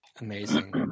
Amazing